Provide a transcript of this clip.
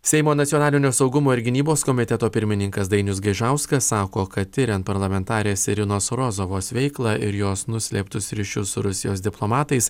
seimo nacionalinio saugumo ir gynybos komiteto pirmininkas dainius gaižauskas sako kad tiriant parlamentarės irinos rozovos veiklą ir jos nuslėptus ryšius su rusijos diplomatais